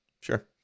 Sure